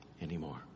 anymore